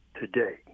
today